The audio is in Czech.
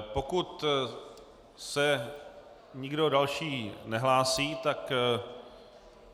Pokud se nikdo další nehlásí, tak